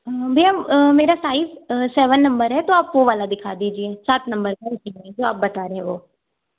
भैया मेरा size seven नंबर है तो आप वो वाला दिखा दीजिए सात नंबर इसी तरह जो आप बता रहे वो